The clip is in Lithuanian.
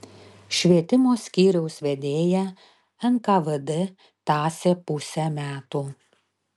švietimo skyriaus vedėją nkvd tąsė pusę metų